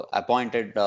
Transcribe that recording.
appointed